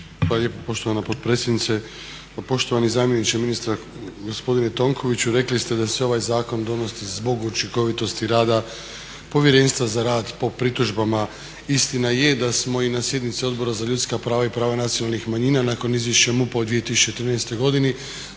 lijepo poštovana potpredsjednice. Pa poštovani zamjeniče ministra, gospodine Tonkoviću. Rekli ste da se ovaj zakon donosi zbog učinkovitosti rada Povjerenstva za rad po pritužbama. Istina je da smo i na sjednici Odbora za ljudska prava i prava nacionalnih manjina nakon izvješća MUP-a u 2013. godini